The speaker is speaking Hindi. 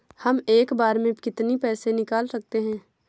हम एक बार में कितनी पैसे निकाल सकते हैं?